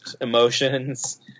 emotions